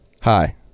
Hi